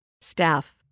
Staff